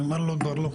אני אומר לו: כבר לא.